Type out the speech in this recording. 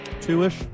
Two-ish